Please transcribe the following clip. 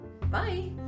Bye